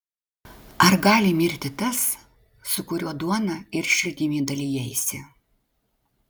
ar gali mirti tas su kuriuo duona ir širdimi dalijaisi